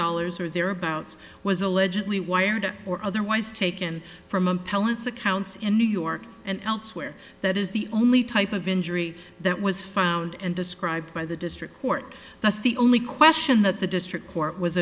dollars or thereabouts was allegedly wired or otherwise taken from appellants accounts in new york and elsewhere that is the only type of injury that was found and described by the district court that's the only question that the district court was